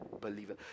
believer